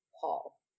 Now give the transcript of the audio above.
Paul